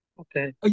Okay